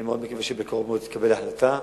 אני מקווה שבקרוב מאוד תתקבל החלטה.